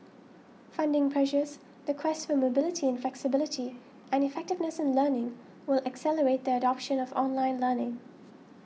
funding pressures the quest for mobility flexibility and effectiveness in learning will accelerate the adoption of online learning